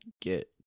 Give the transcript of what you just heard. get